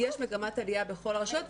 יש מגמת עלייה בכל הרשויות.